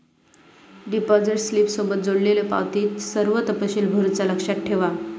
deposit स्लिपसोबत जोडलेल्यो पावतीत सर्व तपशील भरुचा लक्षात ठेवा